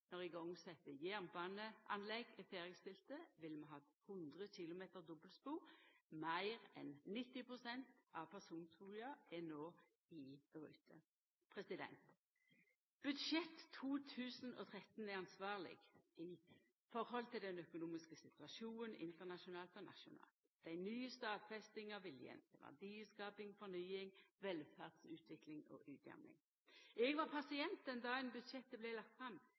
Når igangsette jernbaneanlegg er ferdigstilte, vil vi ha 100 km dobbeltspor. Meir enn 90 pst. av persontoga er no i rute. Budsjett 2013 er ansvarleg i høve til den økonomiske situasjonen internasjonalt og nasjonalt. Det er ei ny stadfesting av viljen til verdiskaping, fornying, velferdsutvikling og utjamning. Eg var pasient den dagen budsjettet vart lagt fram.